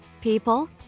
People